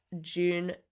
june